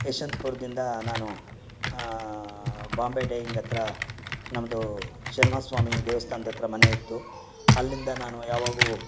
ಯಶವಂತಪುರದಿಂದ ನಾನು ಬಾಂಬೆ ಡೈಯಿಂಗ್ ಹತ್ತಿರ ನಮ್ಮದು ಶ್ರೀನಿವಾಸ ಸ್ವಾಮಿ ದೇವಸ್ಥಾನದ ಹತ್ರ ಮನೆ ಇತ್ತು ಅಲ್ಲಿಂದ ನಾನು ಯಾವಾಗಲೂ